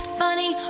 funny